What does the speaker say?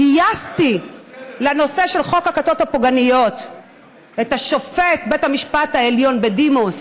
גייסתי לנושא של חוק הכיתות הפוגעניות את שופט בית המשפט העליון בדימוס